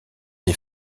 des